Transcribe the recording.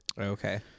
Okay